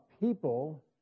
people